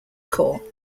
corps